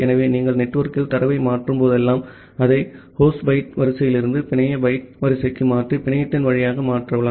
ஆகவே நீங்கள் நெட்வொர்க்கில் தரவை மாற்றும் போதெல்லாம் அதை ஹோஸ்ட் பைட் வரிசையிலிருந்து பிணைய பைட் வரிசைக்கு மாற்றி பிணையத்தின் வழியாக மாற்றவும்